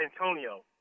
Antonio